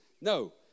No